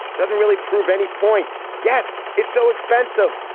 doesn't really prove any point. yes it's so expensive.